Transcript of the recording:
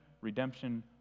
redemption